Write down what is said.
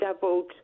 doubled